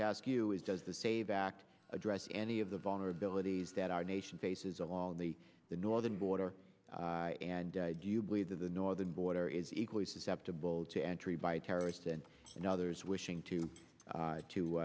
to ask you is does the save act address any of the vulnerabilities that our nation faces along the northern border and do you believe that the northern border is equally susceptible to entry by terrorists and others wishing to to to